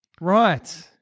Right